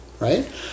right